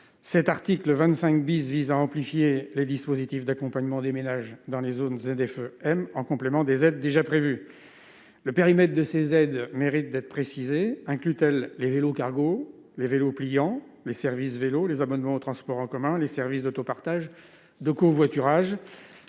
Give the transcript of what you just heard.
Cet article amplifie les dispositifs d'accompagnement des ménages dans les zones à faibles émissions mobilité, les ZFE-m, en complément des aides déjà prévues. Le périmètre de ces aides mérite d'être précisé : inclut-il les vélos-cargos, les vélos pliants, les services vélos, les abonnements aux transports en commun, les services d'autopartage et de covoiturage ?